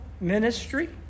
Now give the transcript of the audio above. Ministry